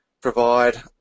provide